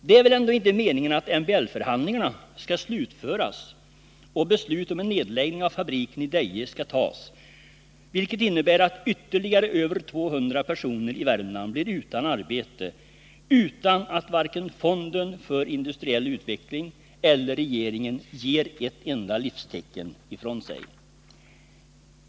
Det är väl ändå inte meningen att MBL-förhandlingarna skall slutföras och beslut om en nedläggning av fabriken i Deje skall fattas, vilket innebär att ytterligare över 200 personer i Värmland kommer att sakna arbete, utan att vare sig fonden för industriell utveckling eller regeringen ger ett livstecken ifrån sig.